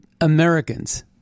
Americans